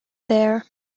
there